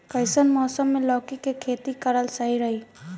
कइसन मौसम मे लौकी के खेती करल सही रही?